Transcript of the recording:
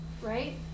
right